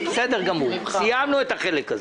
בסדר גמור, סיימנו את החלק הזה.